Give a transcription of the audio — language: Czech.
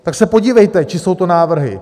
Tak se podívejte, čí jsou to návrhy.